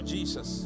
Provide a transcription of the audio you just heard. Jesus